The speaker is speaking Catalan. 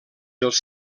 els